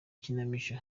kinamico